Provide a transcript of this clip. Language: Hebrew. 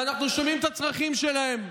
ואנחנו שומעים את הצרכים שלהם.